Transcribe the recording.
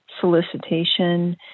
solicitation